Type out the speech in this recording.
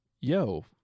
yo